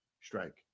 Strike